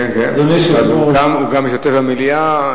כן, אבל הוא גם משתתף במליאה.